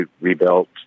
rebuilt